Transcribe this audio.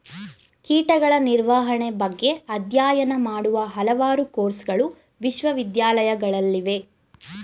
ಕೀಟಗಳ ನಿರ್ವಹಣೆ ಬಗ್ಗೆ ಅಧ್ಯಯನ ಮಾಡುವ ಹಲವಾರು ಕೋರ್ಸಗಳು ವಿಶ್ವವಿದ್ಯಾಲಯಗಳಲ್ಲಿವೆ